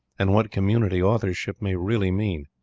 and what community authorship may really mean.